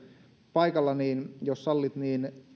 paikalla niin jos sallitte